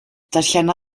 darllena